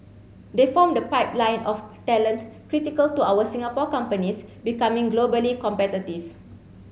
they form the pipeline of talent critical to our Singapore companies becoming globally competitive